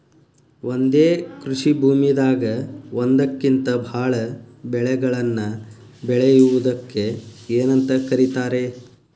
ಒಂದೇ ಕೃಷಿ ಭೂಮಿದಾಗ ಒಂದಕ್ಕಿಂತ ಭಾಳ ಬೆಳೆಗಳನ್ನ ಬೆಳೆಯುವುದಕ್ಕ ಏನಂತ ಕರಿತಾರೇ?